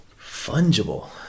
Fungible